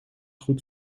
goed